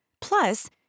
Plus